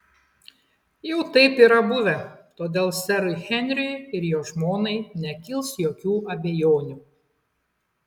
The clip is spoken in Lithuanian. jau taip yra buvę todėl serui henriui ir jo žmonai nekils jokių abejonių